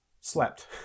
slept